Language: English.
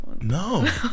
No